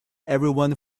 everyone